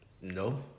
no